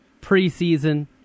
preseason